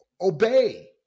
obey